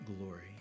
glory